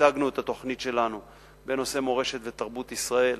והצגנו את התוכנית שלנו בנושא מורשת ותרבות ישראל.